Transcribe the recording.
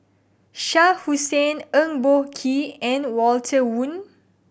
Shah Hussain Eng Boh Kee and Walter Woon